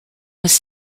was